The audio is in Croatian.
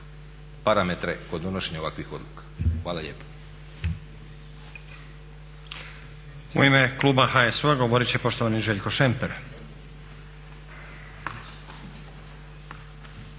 parametre kod donošenja ovakvih odluka. Hvala lijepo.